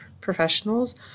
professionals